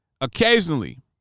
Occasionally